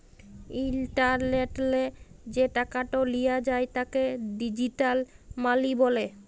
ইলটারলেটলে যে টাকাট লিয়া যায় তাকে ডিজিটাল মালি ব্যলে